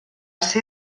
ser